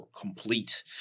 complete